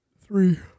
Three